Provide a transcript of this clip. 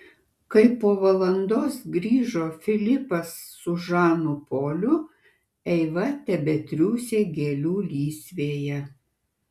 kai po valandos grįžo filipas su žanu poliu eiva tebetriūsė gėlių lysvėje